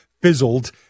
fizzled